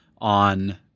on